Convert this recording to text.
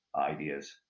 ideas